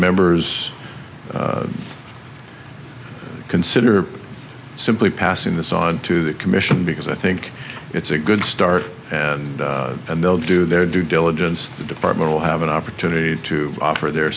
members consider simply passing this on to the commission because i think it's a good start and and they'll do their due diligence the department will have an opportunity to offer their